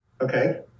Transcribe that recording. Okay